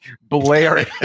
blaring